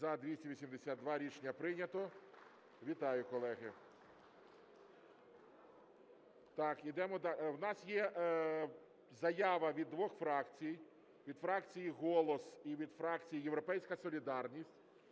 За-282 Рішення прийнято. Вітаю, колеги. У нас є заява від двох фракцій, від фракції "Голос" і від фракції "Європейська солідарність",